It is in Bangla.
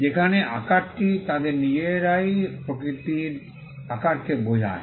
যেখানে আকারটি তাদের নিজেরাই প্রকৃতির আকারকে বোঝায়